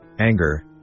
anger